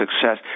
success